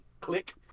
Click